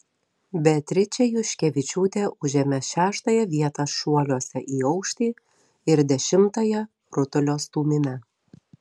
beatričė juškevičiūtė užėmė šeštąją vietą šuoliuose į aukštį ir dešimtąją rutulio stūmime